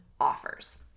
offers